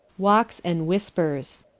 walkes and whispers.